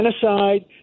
genocide